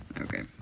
Okay